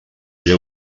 ella